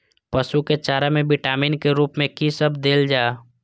पशु के चारा में विटामिन के रूप में कि सब देल जा?